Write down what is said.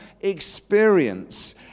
experience